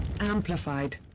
amplified